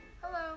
Hello